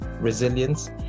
resilience